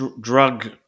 drug